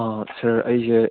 ꯁꯥꯔ ꯑꯩꯁꯦ